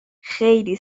خیلی